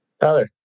Tyler